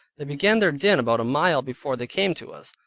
they began their din about a mile before they came to us.